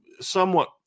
somewhat